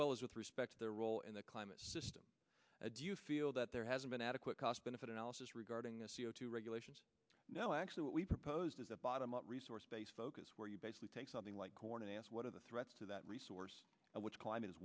well as with respect to their role in the climate system do you feel that there hasn't been adequate cost benefit analysis regarding a c o two regulations now actually what we proposed is a bottom up resource base focus where you basically take something like corn and asked what are the threats to that resource which climate is